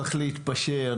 צריך להתפשר,